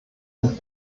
ein